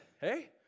hey